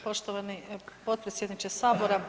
Poštovani potpredsjedniče Sabora.